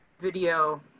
video